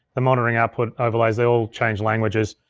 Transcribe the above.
the monitoring output overlays, they all change languages.